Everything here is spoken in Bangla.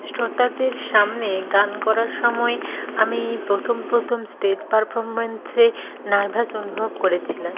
শ্রোতাদের সামনে গান করার সময় আমি প্রথম প্রথম স্টেজ পারফরমেন্সে নার্ভাস অনুভব করেছিলাম